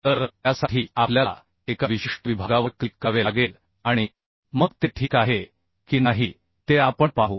तर त्यासाठी आपल्याला एका विशिष्ट विभागावर क्लिक करावे लागेल आणि मग ते ठीक आहे की नाही ते आपण पाहू